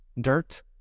dirt